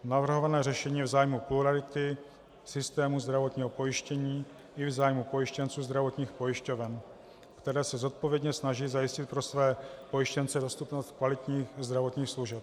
Navrhované řešení je v zájmu plurality systému zdravotního pojištění i v zájmu pojištěnců zdravotních pojišťoven, které se zodpovědně snaží zajistit pro své pojištěnce dostupnost kvalitních zdravotních služeb.